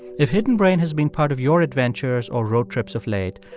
if hidden brain has been part of your adventures or road trips of late,